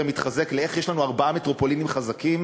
מתחזק לאיך יש לנו ארבע מטרופולינים חזקות,